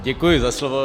Děkuji za slovo.